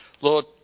Lord